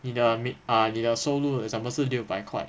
你的 mid ah 你的收入 for example 是六百块